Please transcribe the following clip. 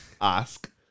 Ask